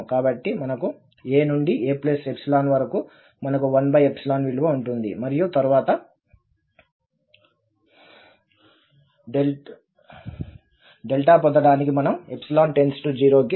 కాబట్టి మనకు a నుండి a వరకు మనకు 1 విలువ ఉంటుంది మరియు తరువాత పొందడానికి మనం → 0 కి తీసుకోవాలి